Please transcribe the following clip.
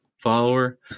follower